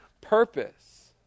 purpose